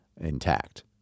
intact